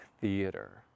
Theater